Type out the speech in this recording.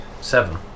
seven